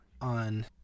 on